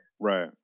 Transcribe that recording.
right